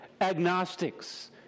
agnostics